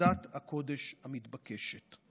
בחרדת הקודש המתבקשת.